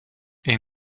est